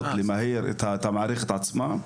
למהר את המערכת עצמה?